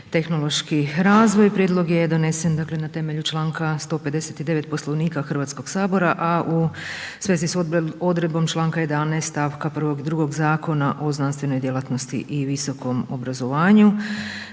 tehnološki razvoj. Prijedlog je donesen dakle na temelju članka 159. Poslovnika Hrvatskoga sabora a u svezi sa odredbom članka 11., stavka 1. i 2. Zakona o znanstvenoj djelatnosti i visokom obrazovanju.